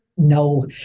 No